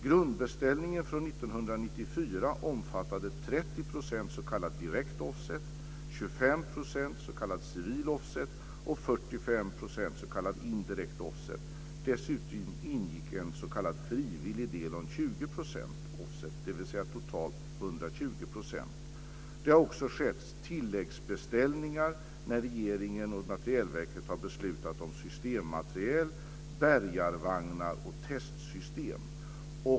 Grundbeställningen från 1994 omfattade 30 % s.k. direkt offset, 25 % s.k. civil offset och 45 % s.k. indirekt offset. Dessutom ingick en s.k. frivillig del om 20 % offset, dvs. totalt 120 %. Det har också skett tilläggsbeställningar när regeringen och Materielverket har beslutat om systemmateriel, bärgarvagnar och testsystem.